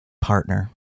partner